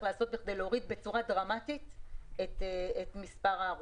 לעשות כדי להוריד בצורה דרמטית את מספר ההרוגים.